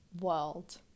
world